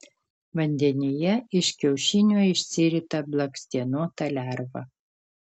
vandenyje iš kiaušinio išsirita blakstienota lerva